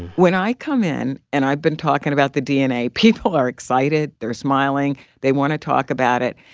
when i come in, and i've been talking about the dna, people are excited. they're smiling. they want to talk about it.